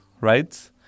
right